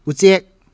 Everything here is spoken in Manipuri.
ꯎꯆꯦꯛ